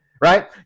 right